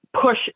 push